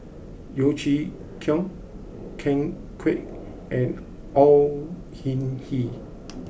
Yeo Chee Kiong Ken Kwek and Au Hing Yee